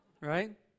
right